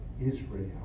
Israel